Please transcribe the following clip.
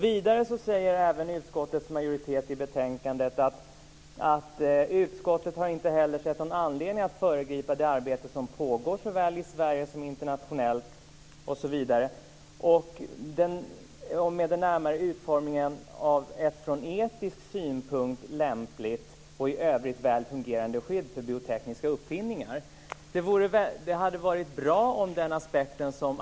Vidare säger även utskottets majoritet i betänkandet att utskottet inte heller har sett någon anledning att föregripa det arbete som pågår såväl i Sverige som internationellt med den närmare utformningen av ett från etisk synpunkt lämpligt och i övrigt väl fungerande skydd för biotekniska uppfinningar.